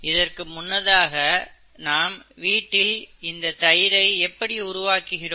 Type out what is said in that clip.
இதற்கு முன்னதாக நாம் வீட்டில் இந்த தயிரை எப்படி உருவாக்குகிறோம்